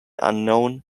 unknown